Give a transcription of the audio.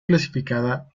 clasificada